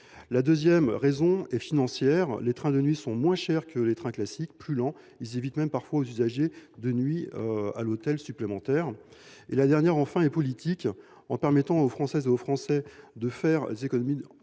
La deuxième raison est financière. Les trains de nuit sont moins chers que les trains classiques, plus lents. Ils évitent parfois même aux usagers deux nuits à l’hôtel supplémentaires. La dernière raison est politique : en permettant aux Françaises et aux Français de faire des économies,